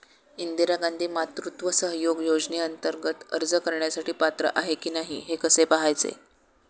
इंदिरा गांधी मातृत्व सहयोग योजनेअंतर्गत अर्ज करण्यासाठी पात्र आहे की नाही हे कसे पाहायचे?